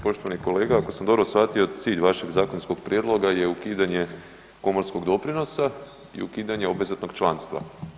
Poštovani kolega ako sam dobro shvatio cilj vašeg zakonskog prijedloga je ukidanje komorskog doprinosa i ukidanje obvezatnog članstva.